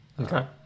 Okay